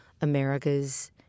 Americas